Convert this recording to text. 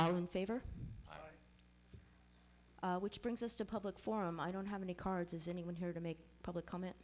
out in favor which brings us to public forum i don't have any cards is anyone here to make public comment